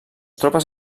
tropes